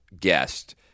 guest